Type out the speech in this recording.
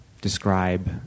describe